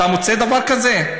אתה מוצא דבר כזה?